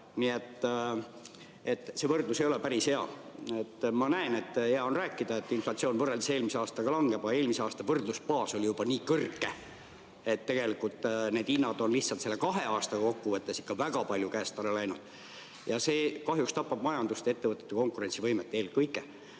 Nii et see võrdlus ei ole päris hea. Ma näen, et hea on rääkida, et inflatsioon võrreldes eelmise aastaga langeb, aga eelmise aasta võrdlusbaas oli juba nii kõrge, et tegelikult need hinnad on lihtsalt selle kahe aasta kokkuvõttes ikka väga palju käest ära läinud. Ja see kahjuks tapab majandust ja ettevõtete konkurentsivõimet eelkõige